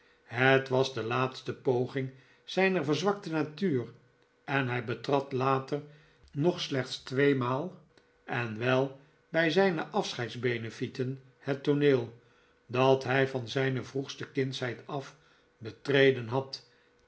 het was de laatste pogingzijner verzwaktenatuur en hij betrad later nog slechts tweemaal en wel bij zijne afscheidsbenefleten het tooneel dat hij van zijne vroegste kindsheid af betreden had